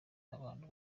abantu